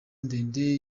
ndende